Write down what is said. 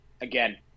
again